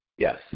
Yes